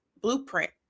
blueprint